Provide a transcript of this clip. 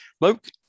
Luke